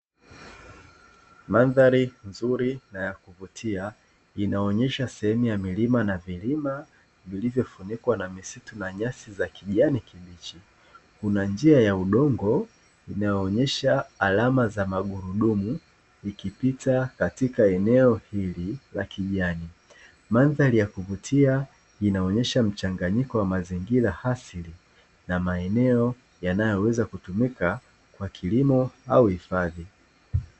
Mandhari nzuri na ya kuvutia, inaonyesha sehemu ya milima na vilima; vilivyofunikwa na misitu na nyasi za kijani kibichi. Kuna njia ya udongo inayoonyesha alama za magurudumu, ikipita katika eneo hili la kijani. Mandhari ya kuvutia inaonyesha mchanganyiko wa mazingira asili na maeneo yanayoweza kutumika kwa kilimo au hifadhi.